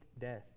death